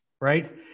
right